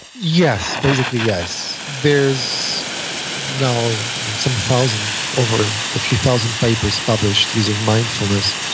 yes. basically yes. there's no some thousand over a few thousand papers published using mindfulness.